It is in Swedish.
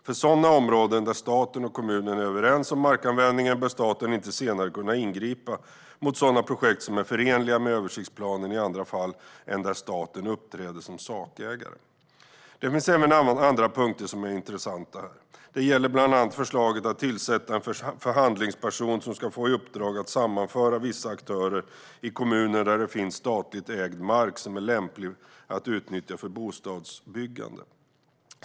För sådana områden där staten och kommunen är överens om markanvändningen bör staten inte senare kunna ingripa mot sådana projekt som är förenliga med översiktsplanen i andra fall än där staten uppträder som sakägare. Det finns även andra punkter som är intressanta. Det gäller bland annat förslaget att tillsätta en förhandlingsperson som ska få i uppdrag att sammanföra vissa aktörer i kommuner där det finns statligt ägd mark som är lämplig att utnyttja för bostadsbyggande.